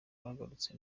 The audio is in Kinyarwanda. bagarutse